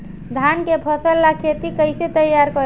धान के फ़सल ला खेती कइसे तैयार करी?